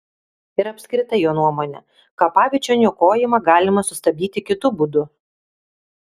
ir apskritai jo nuomone kapaviečių niokojimą galima sustabdyti kitu būdu